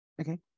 okay